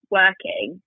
working